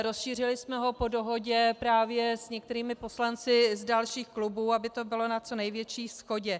Rozšířili jsme ho po dohodě právě s některými poslanci z dalších klubů, aby to bylo na co největší shodě.